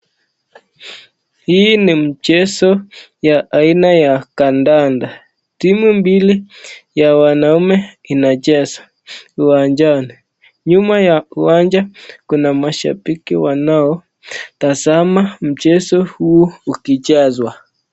Hii ni mchezo ya aina ya kandanda. Timu mbili ya wanaume inacheza uwanjani. Nyuma ya uwanja ,kuna mashabiki wanaotazama mchezo huu ukichezwa.